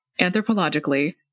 Anthropologically